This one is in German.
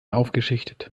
aufgeschichtet